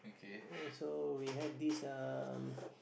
so we had this um